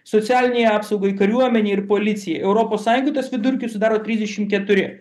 socialinei apsaugai kariuomenei ir policijai europos sąjungoj tas vidurkis sudaro trisdešimt keturi